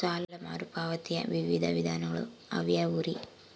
ಸಾಲ ಮರುಪಾವತಿಯ ವಿವಿಧ ವಿಧಾನಗಳು ಯಾವ್ಯಾವುರಿ?